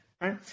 right